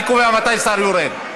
אני קובע מתי שר יורד.